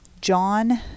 John